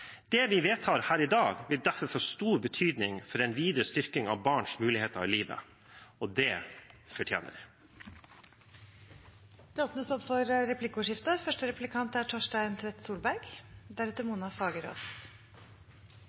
Det vi vedtar her i dag, vil derfor få stor betydning for en videre styrking av barns muligheter i livet. Det fortjener de. Det